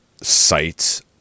sites